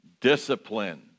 discipline